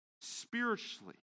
spiritually